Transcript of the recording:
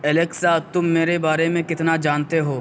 Alexa تم میرے بارے میں کتنا جانتے ہو